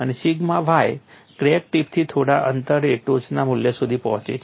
અને sigma y crack ટીપથી થોડા અંતરે ટોચના મૂલ્ય સુધી પહોંચે છે